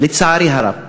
לצערי הרב.